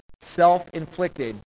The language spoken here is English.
self-inflicted